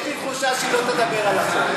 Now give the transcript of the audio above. יש לי תחושה שהיא לא תדבר על החוק.